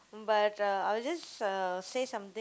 but uh I will just uh say something